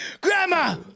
grandma